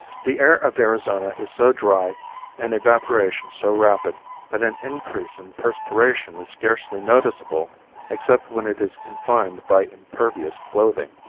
the air of arizona is so dry and evaporation so rapid that an increase in perspiration is scarcely noticeable except when it is confined by impervious clothing.